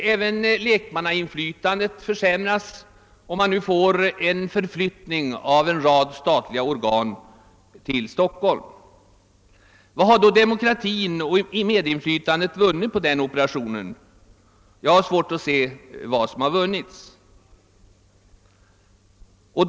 Även lekmannainflytandet försämras om det ge nomförs en förflyttning av en rad statliga organ till Stockholm. Vad har demokratin och medinflytandet vunnit på den operationen? Jag har svårt att inse att något vunnits då.